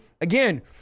again